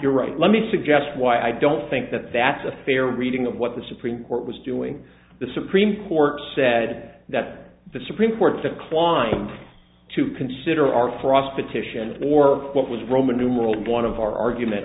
you're right let me suggest why i don't think that that's a fair reading of what the supreme court was doing the supreme court said that the supreme court declined to consider our cross petition or what was roman numeral one of our argument